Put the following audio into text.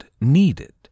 needed